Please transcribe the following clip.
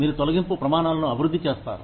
మీరు తొలగింపు ప్రమాణాలను అభివృద్ధి చేస్తారు